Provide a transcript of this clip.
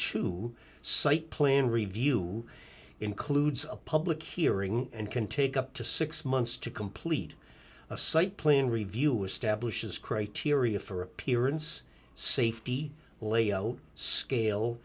to site plan review includes a public hearing and can take up to six months to complete a site plan review establishes criteria for appearance safety layout scale